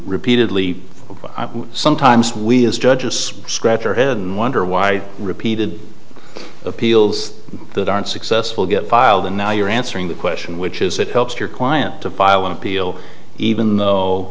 repeatedly sometimes we as judges scratch your head and wonder why repeated appeals that aren't successful get filed and now you're answering the question which is it helps your client to file an appeal even though